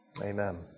Amen